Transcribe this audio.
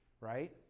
right